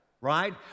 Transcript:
right